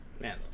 Man